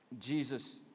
Jesus